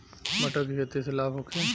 मटर के खेती से लाभ होखे?